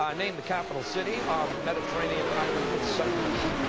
um name the capital city of the mediterranean island of cyprus.